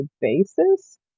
basis